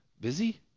busy